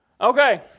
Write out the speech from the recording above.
Okay